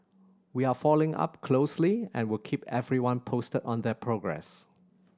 we are following up closely and will keep everyone posted on their progress